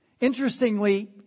Interestingly